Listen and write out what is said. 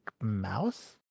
mouse